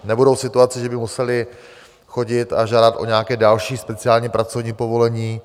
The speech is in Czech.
Nebudou v situaci, že by museli chodit a žádat o nějaké další speciální pracovní povolení.